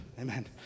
Amen